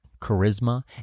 charisma